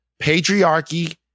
patriarchy